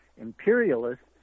imperialists